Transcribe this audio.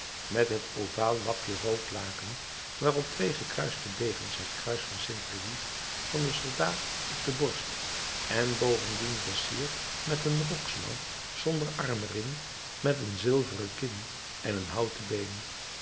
met het ovaal lapje rood laken waarop twee gekruiste degens het kruis van st louis van den soldaat op de borst en bovendien versierd met een roksmouw zonder arm er in met een zilveren kin en een houten been